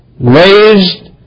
raised